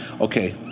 Okay